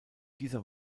dieser